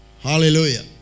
Hallelujah